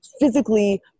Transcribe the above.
physically